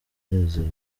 munezero